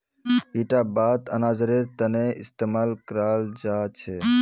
इटा बात अनाजेर तने इस्तेमाल कराल जा छे